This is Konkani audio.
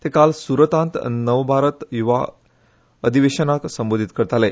ते काल सुरतात नव भारत यूवा अधिवेशनाक संबोधित करताले